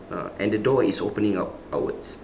uh and the door is opening out outwards